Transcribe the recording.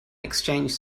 exchanged